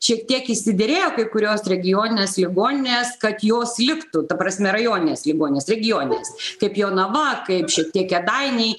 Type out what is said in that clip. šiek tiek išsiderėjo kai kurios regioninės ligoninės kad jos liktų ta prasme rajoninės ligoninės regioninės kaip jonava kaip šitie kėdainiai